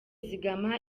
zigama